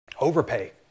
Overpay